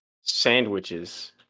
sandwiches